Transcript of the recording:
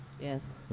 Yes